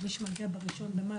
זה לא